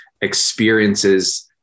experiences